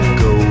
go